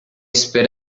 spit